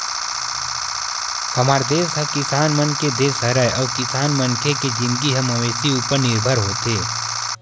हमर देस ह किसान मन के देस हरय अउ किसान मनखे के जिनगी ह मवेशी उपर निरभर होथे